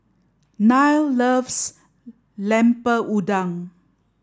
Nile loves lemper udang